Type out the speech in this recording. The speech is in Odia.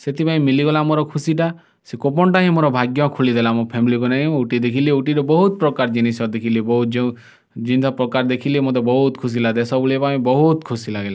ସେଥିପାଇଁ ମିଳିଗଲା ମୋର ଖୁସିଟା ସେ କୁପନ୍ଟା ହିଁ ମୋର ଭାଗ୍ୟ ଖୋଲି ଦେଲା ମୋ ଫ୍ୟାମିଲିକୁ ନେଇକି ମୁଁ ଉଟି ଦେଖିଲି ଉଟିରେ ବହୁତ ପ୍ରକାର ଜିନିଷ ଦେଖିଲି ବହୁତ ଯେଉଁ ଯେନ୍ତିଆ ପ୍ରକାର ଦେଖିଲି ମୋତେ ବହୁତ ଖୁସି ଲାଗେ ଦେଶ ବୁଲିବା ପାଇଁ ବହୁତ ଖୁସି ଲାଗିଲା